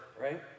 Right